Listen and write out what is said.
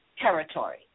territory